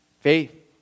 Faith